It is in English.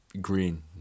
Green